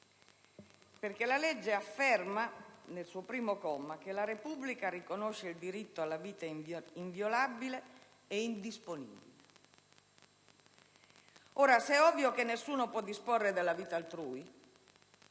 disegno di legge afferma, al primo comma, dell'articolo 1, che la Repubblica riconosce il diritto alla vita inviolabile e indisponibile. Ora, se è ovvio che nessuno può disporre della vita altrui,